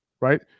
right